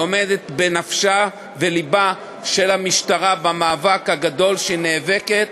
היא עומדת בנפשה ובלבה של המשטרה במאבק הגדול שהיא נאבקת,